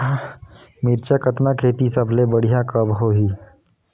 मिरचा कतना खेती सबले बढ़िया कब होही?